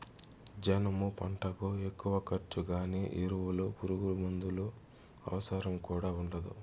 జనుము పంటకు ఎక్కువ ఖర్చు గానీ ఎరువులు పురుగుమందుల అవసరం కూడా ఉండదు